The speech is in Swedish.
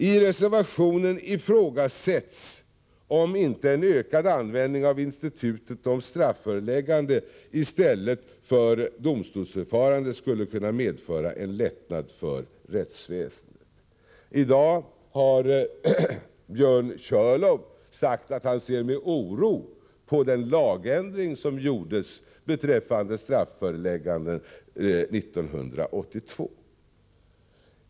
I reservationen ifrågasätts om inte en ökad användning av institutet strafföreläggande i stället för domstolsförfarande skulle kunna medföra en lättnad för rättsväsendet. I dag har Björn Körlof sagt att han ser med oro på den lagändring som 1982 gjordes beträffande strafföreläggande.